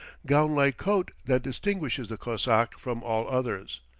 gown-like coat that distinguishes the cossack from all others.